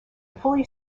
fully